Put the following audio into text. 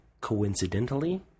coincidentally